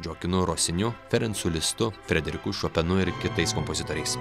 džoakinu rosiniu ferensu listu frederiku šopenu ir kitais kompozitoriais